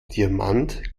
diamant